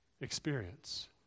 experience